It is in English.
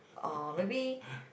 or maybe